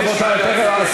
רבותי,